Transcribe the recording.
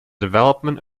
development